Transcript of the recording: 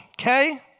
okay